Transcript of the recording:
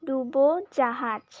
ডুবোজাহাজ